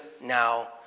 now